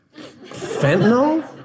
Fentanyl